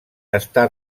està